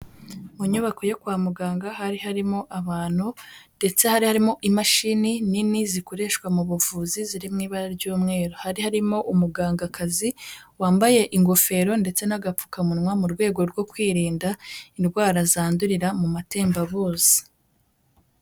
Mu nyubako yo kwa muganga, hari harimo abantu ndetse hari harimo imashini nini zikoreshwa mu buvuzi ziri mu ibara ry'umweru, hari harimo umugangakazi wambaye ingofero ndetse n'agapfukamunwa, mu rwego rwo kwirinda indwara zandurira mu matembabuzi.